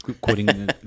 quoting